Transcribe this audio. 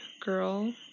girl